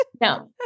No